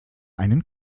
einen